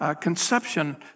conception